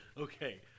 Okay